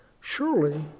Surely